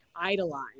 idolize